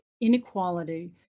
inequality